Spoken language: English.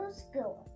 school